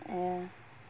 ya